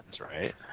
right